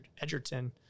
Edgerton